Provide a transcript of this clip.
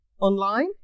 online